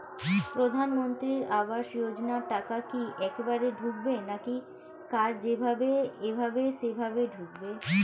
প্রধানমন্ত্রী আবাস যোজনার টাকা কি একবারে ঢুকবে নাকি কার যেভাবে এভাবে সেভাবে ঢুকবে?